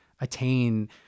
attain